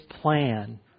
plan